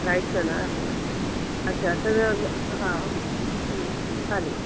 राईटचना आम्हाला अच्छा तरं हां चालेल